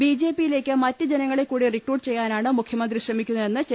B J പിയിലേക്ക് മറ്റ് ജനങ്ങളെക്കൂടി റിക്രൂട്ട് ചെയ്യാനാണ് മുഖ്യമന്ത്രി ശ്രമിക്കുന്നതെന്ന് ചെന്നിത്തല പറഞ്ഞു